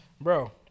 Bro